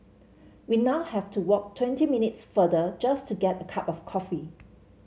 we now have to walk twenty minutes further just to get a cup of coffee